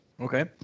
okay